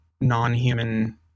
non-human